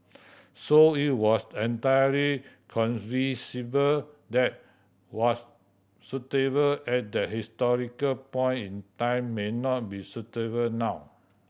so it was entirely conceivable that what was suitable at that historical point in time may not be suitable now